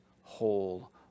whole